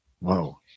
Whoa